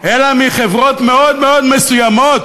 אלא מחברות מאוד מאוד מסוימות,